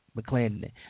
McClendon